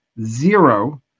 zero